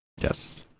Yes